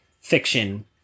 fiction